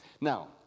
Now